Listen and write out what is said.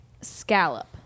scallop